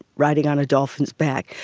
riding on a dolphin's back.